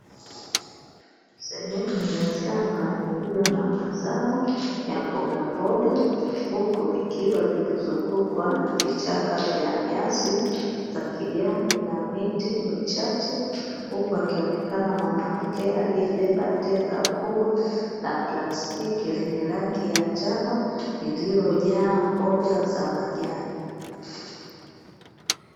Sehemu ya shamba iliyo na mazao ya mbogamboga huku likiwa limezungukwa na vichaka vya nyasi za kijani na miti michache, huku akionekana mwanamke aliyebeba tenga kubwa la plastiki lenye rangi ya njano lililojaa mboga za majani.